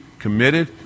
committed